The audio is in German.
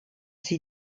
sie